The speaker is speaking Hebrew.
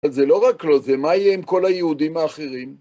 אז זה לא רק לא זה, מה יהיה עם כל היהודים האחרים?